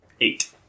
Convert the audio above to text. Eight